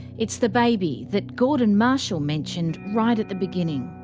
it's the baby that gordon marshall mentioned right at the beginning.